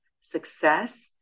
success